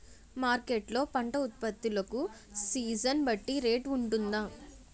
Market లొ పంట ఉత్పత్తి లకు సీజన్ బట్టి రేట్ వుంటుందా?